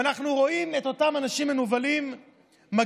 ואנחנו רואים את אותם אנשים מנוולים מגיעים